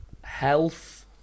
health